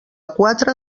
quatre